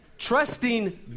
Trusting